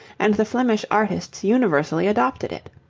and the flemish artists universally adopted it.